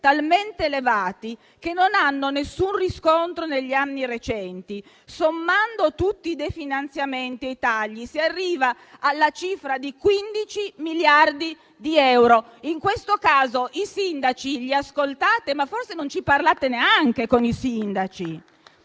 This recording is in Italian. talmente elevati che non hanno alcun riscontro negli anni recenti. Sommando tutti i definanziamenti e i tagli si arriva alla cifra di 15 miliardi di euro. In questo caso, i sindaci li ascoltate? Ma forse non ci parlate neanche con i sindaci.